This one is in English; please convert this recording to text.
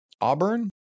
Auburn